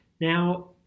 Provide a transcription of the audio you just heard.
now